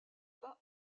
pas